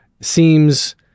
seems